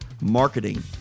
marketing